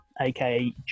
aka